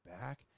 back